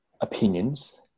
opinions